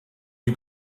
you